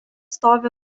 stovi